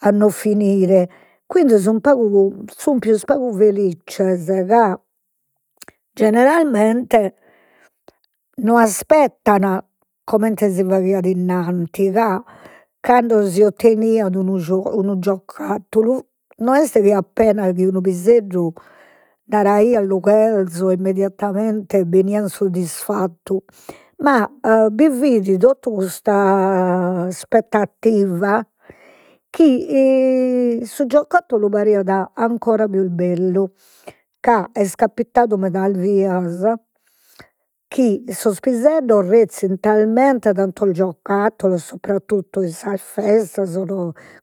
a non finire, quindi sun page sun pius pagu felizzes, ca generalmente no aspettan comente si faghiat innanti, ca cando si otteniat unu unu gioccattulu, no est chi appena chi unu piseddu naraiat lu cherzo immediatamente beniat suddisfattu, ma bi fit tota custa aspettativa chi su gioccattulu pariat ancora pius bellu, ca est capitadu medas bias chi sos piseddos rezzin talmente tantos gioccattulos subrattotu in sas festas